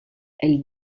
elle